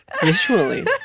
visually